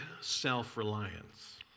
self-reliance